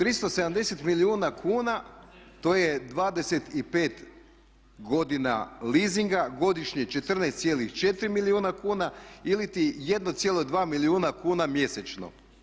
370 milijuna kuna, to je 25 godina leasinga, godišnje 14,4 milijuna kuna ili 1,2 milijuna kuna mjesečno.